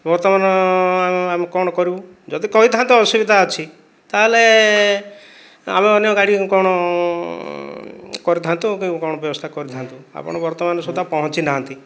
ବର୍ତ୍ତମାନ ଆମେ କ'ଣ କରିବୁ ଯଦି କହିଥାନ୍ତ ଅସୁବିଧା ଅଛି ତାହେଲେ ଆମେ ଅନ୍ୟ ଗାଡ଼ି କ'ଣ କରିଥାନ୍ତୁ କି କ'ଣ ବ୍ୟବସ୍ଥା କରିଥାନ୍ତୁ ଆପଣ ବର୍ତ୍ତମାନ ସୁଦ୍ଧା ପହଁଞ୍ଚି ନାହାନ୍ତି